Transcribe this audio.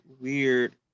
weird